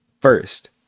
first